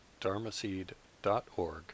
dharmaseed.org